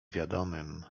wiadomym